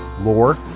lore